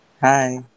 Hi